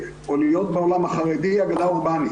לפני פרופ' מנדלוביץ' חברת הכנסת תהלה פרידמן.